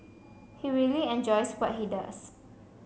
he really enjoys what he does